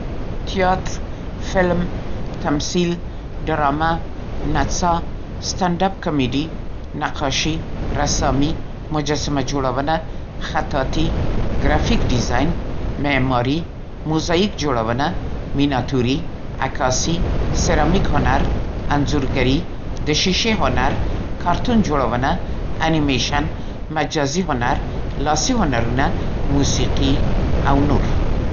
تیاتر، فلم، تمثیل، ډرامه، نڅا، سټنډ اپ کامیډي، نقاشي، رسامي، مجسمه‌جوړونه، خطاطي، ګرافیک ډیزاین، معماري، موزاییک جوړونه، منیاتوري، عکاسي، سرامیک هنر، انځورګري، د شیشې هنر، کارتون جوړونه، انیمیشن، مجازي هنر، لاسي هنرونه، موسیقي او نور.